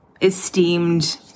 esteemed